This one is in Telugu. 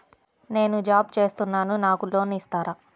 నేను జాబ్ చేస్తున్నాను నాకు లోన్ ఇస్తారా?